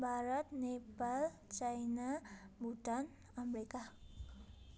Bharat Nepal China Bhutan America